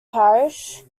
parish